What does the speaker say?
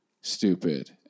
stupid